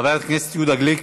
חבר הכנסת יהודה גליק,